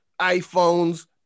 iPhones